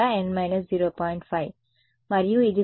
5 మరియు ఇది కూడా n 0